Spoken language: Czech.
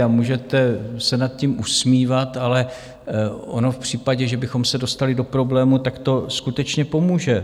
A můžete se nad tím usmívat, ale ono v případě, že bychom se dostali do problémů, to skutečně pomůže.